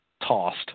tossed